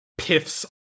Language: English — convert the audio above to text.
piffs